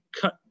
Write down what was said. cut